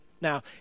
Now